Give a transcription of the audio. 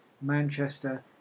Manchester